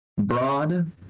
broad